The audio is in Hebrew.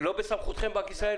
לא בסמכות בנק ישראל,